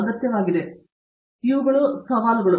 ಆದ್ದರಿಂದ ಇವುಗಳು ಸವಾಲುಗಳು